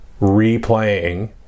replaying